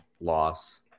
loss